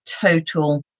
total